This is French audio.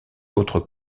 autres